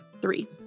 Three